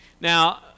now